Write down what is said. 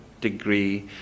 Degree